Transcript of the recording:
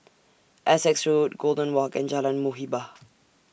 Essex Road Golden Walk and Jalan Muhibbah